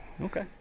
Okay